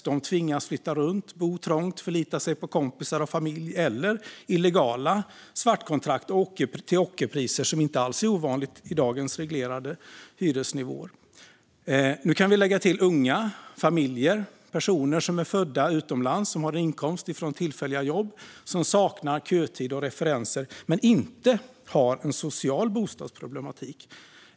De tvingas flytta runt, bo trångt, förlita sig på kompisar och familj eller illegala svartkontrakt till ockerpriser, vilket inte alls är ovanligt i dagens reglerade hyresnivåer. Nu kan vi lägga till unga, familjer och personer som är födda utomlands och som alla har en inkomst från tillfälliga jobb och saknar kötid och referenser men inte har en social problematik.